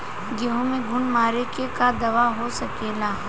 गेहूँ में घुन मारे के का दवा हो सकेला?